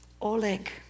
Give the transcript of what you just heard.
Oleg